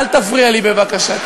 אל תפריע לי בבקשה.